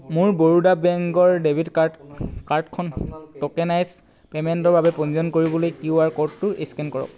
মোৰ বৰোদা বেংকৰ debit card কাৰ্ডখন ট'কেনাইজ্ড পে'মেণ্টৰ বাবে পঞ্জীয়ন কৰিবলৈ কিউ আৰ ক'ডটো স্কেন কৰক